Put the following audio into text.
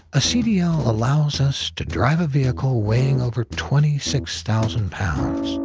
a cdl allows us to drive a vehicle weighing over twenty six thousand pounds.